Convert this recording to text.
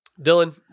Dylan